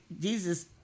Jesus